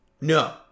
No